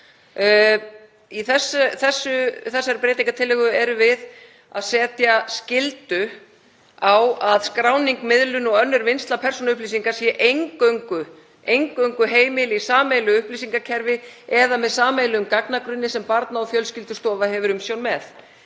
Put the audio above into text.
Í þessari breytingartillögu erum við að setja skyldu á að skráning, miðlun og önnur vinnsla persónuupplýsinga sé eingöngu heimil í sameiginlegu upplýsingakerfi eða með sameiginlegum gagnagrunni sem Barna- og fjölskyldustofa hefur umsjón með.